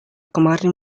kemarin